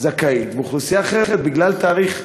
זכאית ואוכלוסייה אחרת, בגלל תאריך שונה,